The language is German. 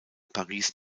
paris